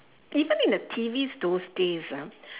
even in the T_V those days ah